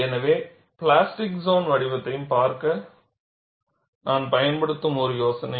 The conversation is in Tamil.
எனவே பிளாஸ்டிக் சோன் வடிவத்தையும் பார்க்க நான் பயன்படுத்தும் ஒரு யோசனை